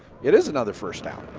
it is another first down.